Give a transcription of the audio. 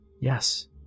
Yes